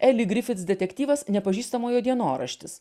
elly griffiths detektyvas nepažįstamojo dienoraštis